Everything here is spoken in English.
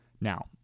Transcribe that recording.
Now